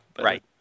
Right